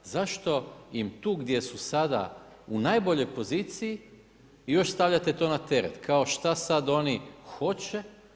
Zašto im tu gdje su sada u najboljoj poziciji još stavljate to na teret, kao što sad oni hoće?